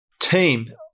team